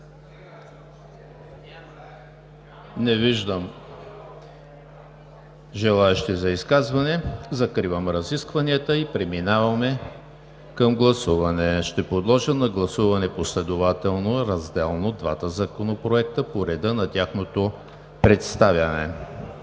Не виждам желаещи за изказване. Закривам разискванията и преминаваме към гласуване. Ще подложа на гласуване последователно, разделно, двата Законопроекта по реда на тяхното представяне.